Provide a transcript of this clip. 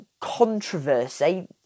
controversy